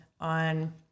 on